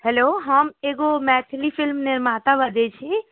hello हम एगो Maithili film निर्माता बजै छी